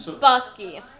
Bucky